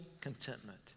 contentment